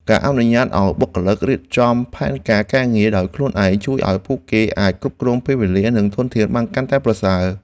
ការអនុញ្ញាតឱ្យបុគ្គលិករៀបចំផែនការការងារដោយខ្លួនឯង ជួយឱ្យពួកគេអាចគ្រប់គ្រងពេលវេលានិងធនធានបានកាន់តែប្រសើរ។